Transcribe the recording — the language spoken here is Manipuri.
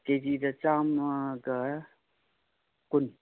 ꯀꯦ ꯖꯤꯗ ꯆꯥꯝꯃꯒ ꯀꯨꯟ